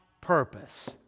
purpose